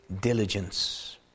diligence